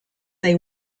they